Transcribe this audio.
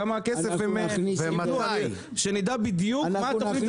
אנחנו רוצים לדעת בדיוק מה התוכנית הזאת עשתה.